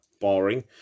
boring